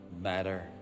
matter